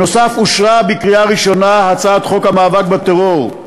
נוסף על כך אושרה בקריאה ראשונה הצעת חוק המאבק בטרור,